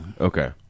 Okay